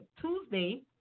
Tuesday